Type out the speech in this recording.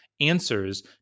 answers